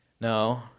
No